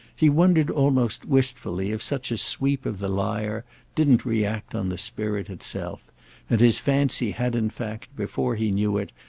he wondered almost wistfully if such a sweep of the lyre didn't react on the spirit itself and his fancy had in fact, before he knew it,